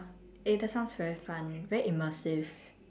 eh that sounds very fun very immersive